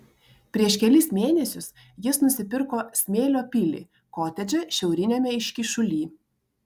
prieš kelis mėnesius jis nusipirko smėlio pilį kotedžą šiauriniame iškyšuly